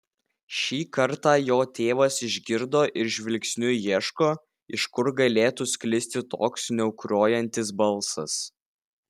šį kartą jo tėvas išgirdo ir žvilgsniu ieško iš kur galėtų sklisti toks sniaukrojantis balsas